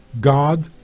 God